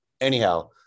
Anyhow